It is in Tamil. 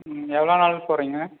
ம் எவ்வளோ நாள் போகறீங்க